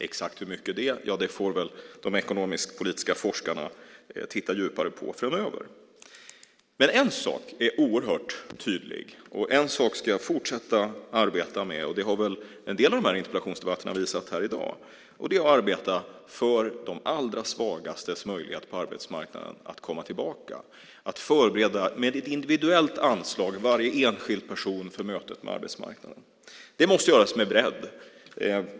Exakt hur mycket det är får väl de ekonomisk-politiska forskarna titta djupare på framöver. En sak är oerhört tydlig, och den ska jag fortsätta att arbeta med. Det har väl också en del interpellationsdebatter i dag visat. Det handlar om att arbeta för de allra svagastes möjligheter att komma tillbaka på arbetsmarknaden, att med ett individuellt anslag förbereda varje enskild person för mötet med arbetsmarknaden. Det måste göras med bredd.